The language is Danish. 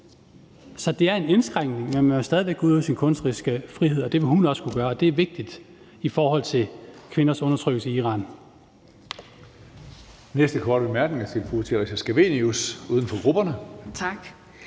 Så det er en indskrænkning, men man vil jo stadig væk kunne udøve sin kunstneriske frihed. Det vil hun også kunne gøre, og det er vigtigt i forhold til kvinders undertrykkelse i Iran.